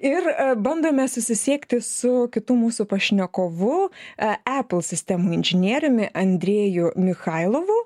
ir bandome susisiekti su kitu mūsų pašnekovu e apple sistemų inžinieriumi andriejų michailovu